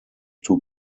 two